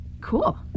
cool